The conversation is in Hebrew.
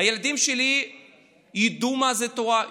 הילדים שלי ידעו מה זה תורה,